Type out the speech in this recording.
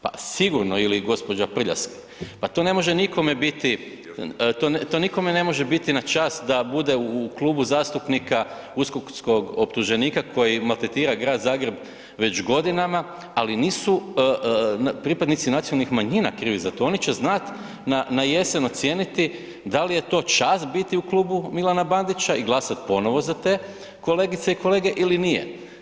Pa sigurno, ili gđa. Prljas, pa to ne može nikome biti, to nikome ne može biti na čast da bude u klubu zastupnika uskočkog optuženika koji maltretira grad Zagreb već godinama ali nisu pripadnici nacionalnih manjina krivi za to, oni će znati na jesen ocijeniti da li je to čast biti u klubu Milana Bandića i glasati ponovno za te kolegice i kolege ili nije.